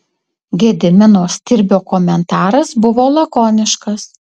gedimino stirbio komentaras buvo lakoniškas